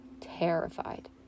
terrified